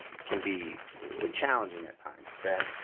can be challenging at times, okay.